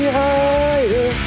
higher